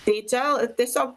tai čia tiesiog